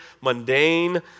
mundane